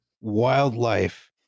wildlife